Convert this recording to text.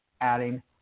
adding